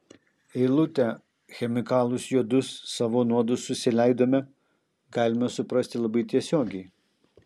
eilutę chemikalus juodus savo nuodus susileidome galima suprasti labai tiesiogiai